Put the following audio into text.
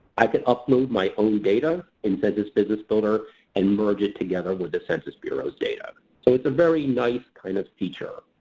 i could upload my own data in census business builder and merge it together with the census bureau's data. so, it's a very nice kind of feature.